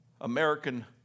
American